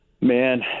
Man